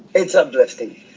it's uplifting.